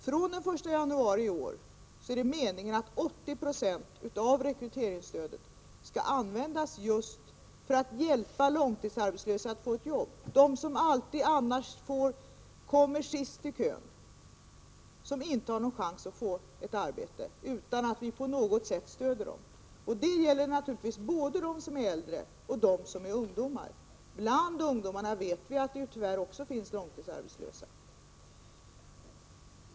Från den 1 januari i år är det meningen att 80 20 av rekryteringsstödet skall användas just för att hjälpa långtidsarbetslösa att få jobb — de som annars alltid kommer sist i kön, som inte har någon chans att få arbete utan att vi på något sätt stöder dem. Det gäller naturligtvis både dem som är äldre och ungdomar. Bland ungdomar vet vi att det tyvärr också finns långtidsarbetslösa.